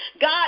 God